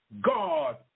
God